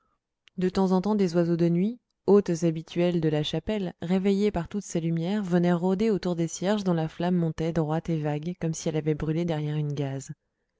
de temps en temps des oiseaux de nuit hôtes habituels de la chapelle réveillés par toutes ces lumières venaient rôder autour des cierges dont la flamme montait droite et vague comme si elle avait brûlé derrière une gaze